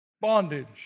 Bondage